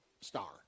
star